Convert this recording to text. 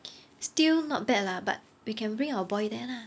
still not bad lah but we can bring our boy there lah